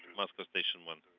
less the station one.